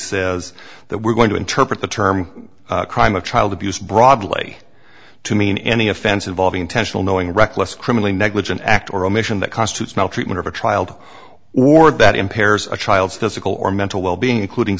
says that we're going to interpret the term crime of child abuse broadly to mean any offense involving intentional knowing or reckless criminally negligent act or omission that constitutes no treatment of a child or that impairs a child's physical or mental wellbeing including